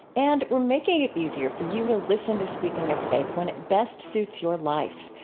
and we're making it easier for you to listen to speaking of faith when it best suits your life.